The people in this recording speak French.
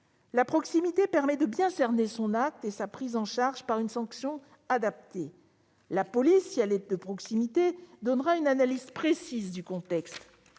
La proximité permet de bien cerner son acte et sa prise en charge par une sanction adaptée. La police, si elle est organisée en proximité, donnera une analyse précise du contexte.